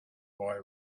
boy